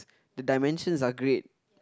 the dimensions are great